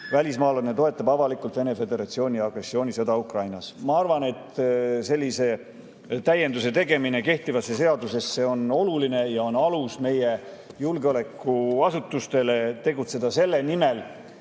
välismaalane toetab avalikult Venemaa Föderatsiooni agressioonisõda Ukrainas. Ma arvan, et sellise täienduse tegemine kehtivasse seadusesse on oluline ja see on alus meie julgeolekuasutustele tegutseda selle nimel,